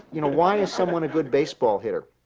you know why is someone a good baseball hitter?